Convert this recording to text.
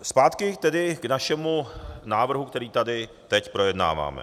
Zpátky k našemu návrhu, který tady teď projednáváme.